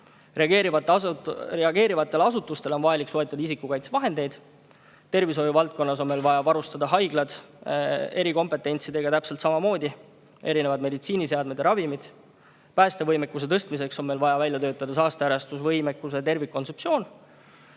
reageerivatel asutustel on vaja soetada isikukaitsevahendid. Tervishoiuvaldkonnas on vaja [tagada] haiglates erikompetents, täpselt samamoodi erinevad meditsiiniseadmed ja ravimid. Päästevõimekuse tõstmiseks on vaja välja töötada saasteärastuse võimekuse tervikkontseptsioon.